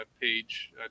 page